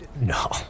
no